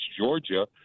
Georgia